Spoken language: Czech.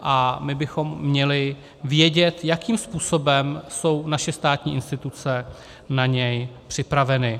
A my bychom měli vědět, jakým způsobem jsou naše státní instituce na něj připraveny.